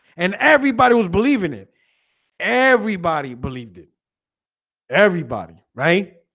and everybody was believed in it everybody believed it everybody, right?